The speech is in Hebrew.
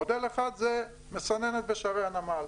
מודל אחד זה מסננת בשערי הנמל.